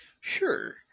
Sure